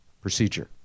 procedure